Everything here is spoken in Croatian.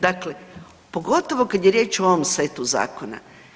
Dakle, pogotovo kada je riječ o ovom setu zakona.